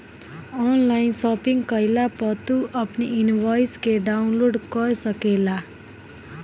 online shopping कईला पअ तू अपनी इनवॉइस के डाउनलोड कअ सकेला